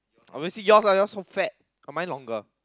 obviously yours lah yours so fat but mine longer